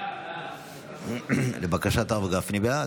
1 נתקבל.